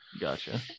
gotcha